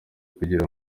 kugira